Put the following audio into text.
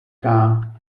car